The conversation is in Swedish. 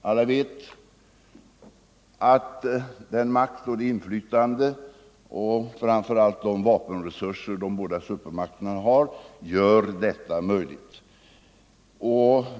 Alla vet att den makt och det inflytande och framför allt de vapenresurser de båda supermakterna har gör detta möjligt.